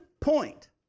point